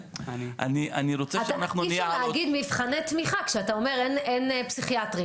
אי אפשר להגיד מבחני תמיכה כשאתה אומר שאין פסיכיאטרים.